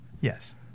Yes